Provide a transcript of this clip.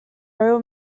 royal